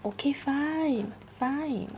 okay fine fine